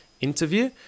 Interview